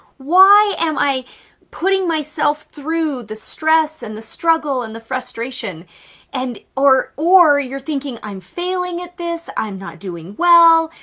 why am i putting myself through the stress and the struggle and the frustration and? or or you're thinking, i'm failing at this. i'm not doing well.